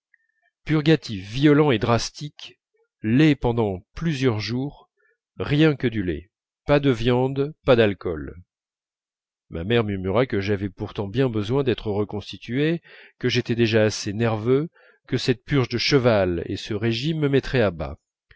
purgatifs violents et drastiques lait pendant plusieurs jours rien que du lait pas de viande pas d'alcool ma mère murmura que j'avais pourtant bien besoin d'être reconstitué que j'étais déjà assez nerveux que cette purge de cheval et ce régime me mettraient à bas